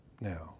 Now